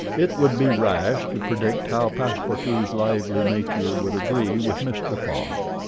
it would be rash to predict how passepartout's lively nature would agree with mr. fogg.